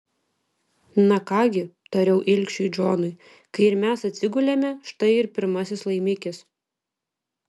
na ką gi tariau ilgšiui džonui kai ir mes atsigulėme štai ir pirmasis laimikis